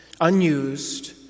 unused